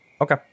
Okay